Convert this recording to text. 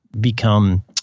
become